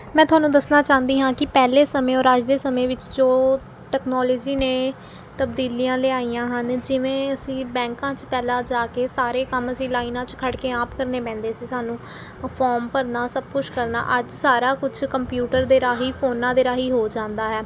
ਮੈਂ ਤੁਹਾਨੂੰ ਦੱਸਣਾ ਚਾਹੁੰਦੀ ਹਾਂ ਕਿ ਪਹਿਲੇ ਸਮੇਂ ਔਰ ਅੱਜ ਦੇ ਸਮੇਂ ਵਿੱਚ ਜੋ ਟਕਨੋਲੋਜੀ ਨੇ ਤਬਦੀਲੀਆਂ ਲਿਆਈਆਂ ਹਨ ਜਿਵੇਂ ਅਸੀਂ ਬੈਂਕਾਂ 'ਚ ਪਹਿਲਾਂ ਜਾ ਕੇ ਸਾਰੇ ਕੰਮ ਅਸੀਂ ਲਾਈਨਾਂ 'ਚ ਖੜ੍ਹ ਕੇ ਆਪ ਕਰਨੇ ਪੈਂਦੇ ਸੀ ਸਾਨੂੰ ਫੋਰਮ ਭਰਨਾ ਸਭ ਕੁਛ ਕਰਨਾ ਅੱਜ ਸਾਰਾ ਕੁਛ ਕੰਪਿਊਟਰ ਦੇ ਰਾਹੀਂ ਫੋਨਾਂ ਦੇ ਰਾਹੀਂ ਹੋ ਜਾਂਦਾ ਹੈ